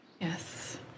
Yes